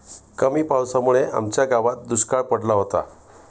कमी पावसामुळे आमच्या गावात दुष्काळ पडला होता